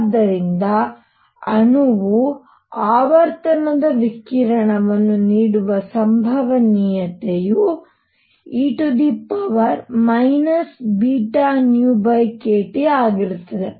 ಆದ್ದರಿಂದ ಅಣುವು ಆವರ್ತನದ ವಿಕಿರಣವನ್ನು ನೀಡುವ ಸಂಭವನೀಯತೆ ∝e βνkTಆಗಿರುತ್ತದೆ